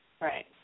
Right